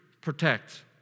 protect